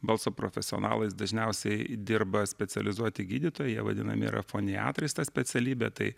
balso profesionalais dažniausiai dirba specializuoti gydytojai jie vadinami yra rafoniatoriais ta specialybė tai